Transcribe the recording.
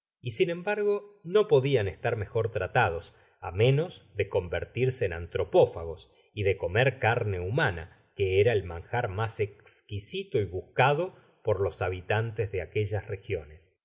y sin embargo no podian estar mejor tratados á menos de convertirse en antropófagos y de comer carne humana que era el manjar mas esquisito y buscado por los habitantes de aquellas regiones